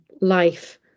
life